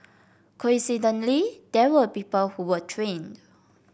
coincidentally there were people who were trained